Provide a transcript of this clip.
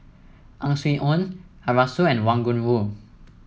Ang Swee Aun Arasu and Wang Gungwu